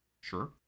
Sure